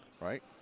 Right